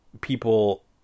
people